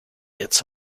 its